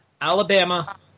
Alabama